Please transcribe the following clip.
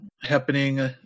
happening